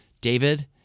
David